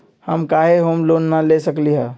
हम काहे home loan न ले सकली ह?